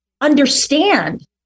understand